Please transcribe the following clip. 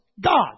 God